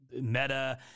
meta